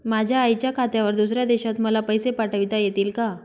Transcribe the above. माझ्या आईच्या खात्यावर दुसऱ्या देशात मला पैसे पाठविता येतील का?